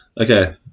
okay